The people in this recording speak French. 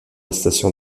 station